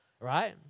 right